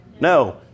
No